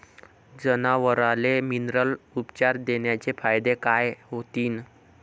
जनावराले मिनरल उपचार देण्याचे फायदे काय होतीन?